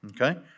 Okay